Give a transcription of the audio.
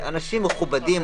אנשים מכובדים,